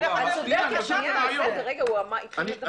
איך אתה חשבת --- רגע, הוא התחיל להגיד.